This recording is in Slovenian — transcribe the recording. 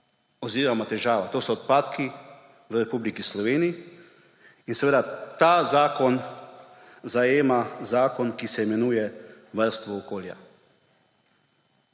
oziroma težava. To so odpadki v Republiki Sloveniji. Seveda ta zakon zajema zakon, ki se imenuje varstvo okolja.